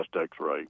x-ray